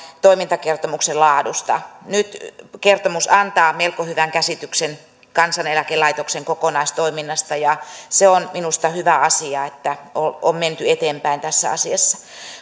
toimintakertomuksen laadusta nyt kertomus antaa melko hyvän käsityksen kansaneläkelaitoksen kokonaistoiminnasta ja on minusta hyvä asia että on menty eteenpäin tässä asiassa